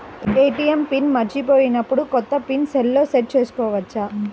ATM pin మరచిపోయినప్పుడు, కొత్త pin సెల్లో సెట్ చేసుకోవచ్చా?